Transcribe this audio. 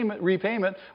repayment